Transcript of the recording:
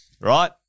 right